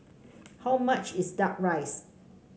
how much is duck rice